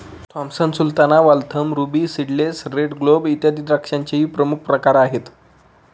Thompson sultana, Waltham, ruby seedless, red globe, इत्यादी द्राक्षांचेही प्रमुख प्रकार आहेत